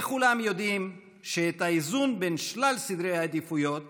וכולם יודעים שאת האיזון בין שלל סדרי העדיפויות